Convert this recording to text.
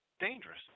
dangerous